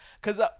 Cause